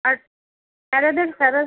আর স্যারেদের স্যারে